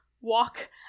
walk